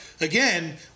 again